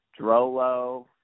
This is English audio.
Drolo